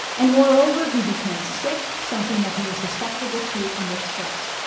and moreover, he became sick, something that he was susceptible to under stress.